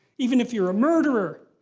even if you're a murderer.